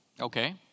Okay